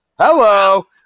Hello